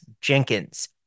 jenkins